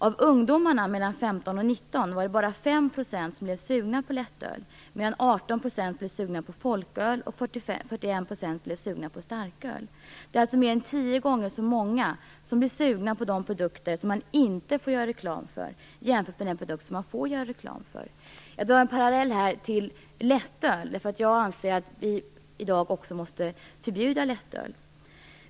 Av ungdomarna mellan 15 och 19 var det bara 5 % som blev sugna på lättöl, medan 18 % blev sugna på folköl och 41 % blev sugna på starköl. Det är alltså mer än tio gånger så många som blir sugna på de produkter som man inte får göra reklam för jämfört med den produkt som man får göra reklam för. Jag drar här en parallell till lättöl, därför att jag anser att vi i dag måste förbjuda lättöl.